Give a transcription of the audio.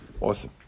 Awesome